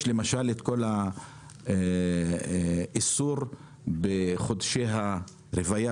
יש למשל את האיסור לדוג בחודשי הרבייה